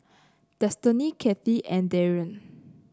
Destiney Cathy and Darryn